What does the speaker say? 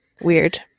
weird